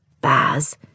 Baz